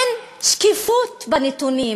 אין שקיפות בנתונים: